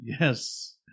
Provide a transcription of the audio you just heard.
Yes